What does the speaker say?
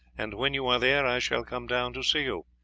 and when you are there i shall come down to see you.